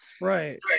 Right